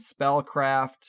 Spellcraft